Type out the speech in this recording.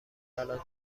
الان